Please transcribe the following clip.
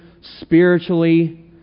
spiritually